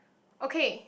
okay